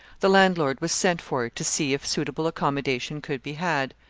the landlord was sent for to see if suitable accommodation could be had.